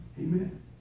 amen